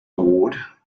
award